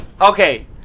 Okay